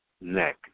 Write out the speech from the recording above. neck